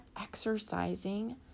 exercising